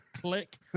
Click